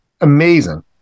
amazing